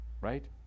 Right